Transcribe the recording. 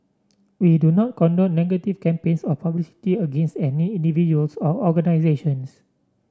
we do not condone negative campaigns or publicity against any individuals or organisations